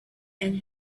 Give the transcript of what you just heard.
and